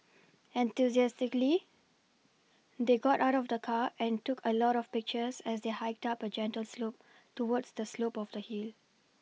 enthusiastically they got out of the car and took a lot of pictures as they hiked up a gentle slope towards the slope of the hill